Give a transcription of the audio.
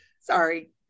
sorry